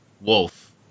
Wolf